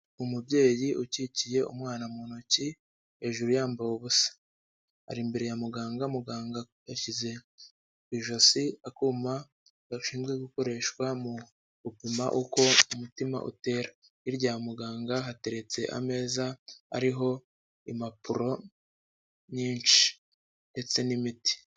Umubyeyi ukikiye umwana mu ntoki hejuru yambaye ubusa, ari imbere ya muganga, muganga yashyize ijosi akuma gashinzwe gukoreshwa mu gupima uko umutima utera, hirya ya muganga hateretse ameza hariho impapuro nyinshi ndetse n'imiti.